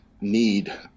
need